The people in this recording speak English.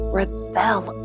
rebel